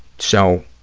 so,